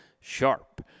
sharp